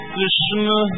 Krishna